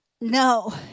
No